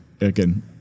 again